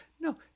no